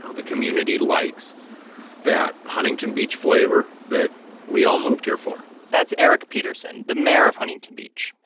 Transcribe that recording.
ah the community likes that huntington beach flavor that we all moved here for that's erik peterson, the mayor of huntington beach.